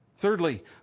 Thirdly